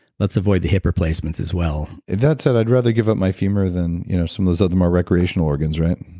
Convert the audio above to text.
let's avoid the hip replacements as well that said, i'd rather give up my femur than you know some of those other more recreational organs, right?